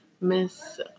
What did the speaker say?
Miss